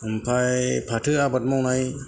ओमफाय फाथो आबाद मावनाय